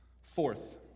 Fourth